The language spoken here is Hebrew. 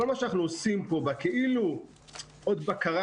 כל מה שאנחנו עושים פה זה כאילו עוד בקרה,